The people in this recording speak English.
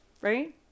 right